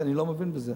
כי אני לא מבין בזה,